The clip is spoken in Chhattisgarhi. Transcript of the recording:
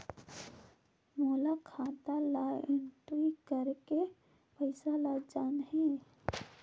मोला खाता ला एंट्री करेके पइसा ला जान हे?